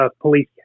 police